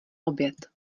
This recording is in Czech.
oběd